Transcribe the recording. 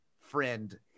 friend